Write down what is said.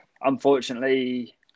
unfortunately